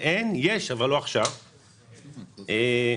לכוס החד-פעמית.